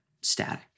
static